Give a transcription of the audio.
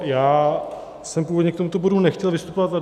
Já jsem původně k tomuto bodu nechtěl vystupovat.